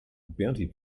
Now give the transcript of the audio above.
bounty